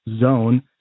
zone